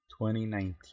2019